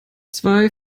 zwei